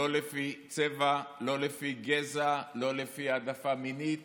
לא לפי צבע, לא לפי גזע, לא לפי העדפה מינית